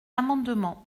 amendements